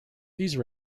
these